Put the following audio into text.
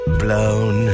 blown